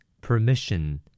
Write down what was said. permission